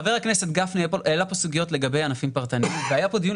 חבר הכנסת גפני העלה פה סוגיות לגבי ענפים פרטניים והיה פה דיון,